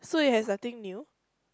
so it has nothing new